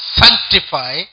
sanctify